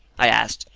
i asked,